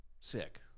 sick